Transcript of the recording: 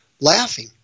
laughing